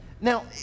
Now